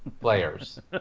players